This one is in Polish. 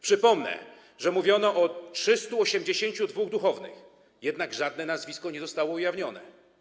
Przypomnę, że mówiono o 382 duchownych, jednak żadne nazwisko nie zostało ujawnione.